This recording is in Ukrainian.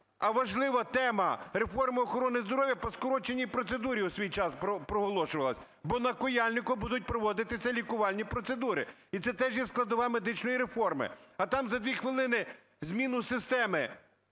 а важлива тема реформи охорони здоров'я по скороченій процедурі у свій час проголошувалася? Бо на Куяльнику будуть проводитися лікувальні процедури, і це теж є складова медичної реформи. А там за дві хвилини зміну системи